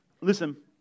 Listen